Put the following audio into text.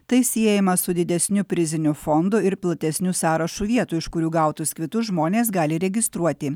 tai siejama su didesniu priziniu fondu ir platesniu sąrašu vietų iš kurių gautus kvitus žmonės gali registruoti